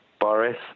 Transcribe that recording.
Boris